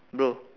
no